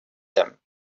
them